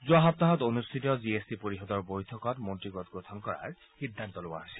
যোৱা সপ্তাহত অনুষ্ঠিত জি এছ টি পৰিযদৰ বৈঠকত মন্ত্ৰী গোট গঠন কৰাৰ সিদ্ধান্ত লোৱা হৈছে